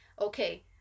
Okay